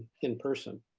in person.